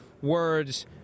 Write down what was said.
words